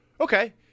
Okay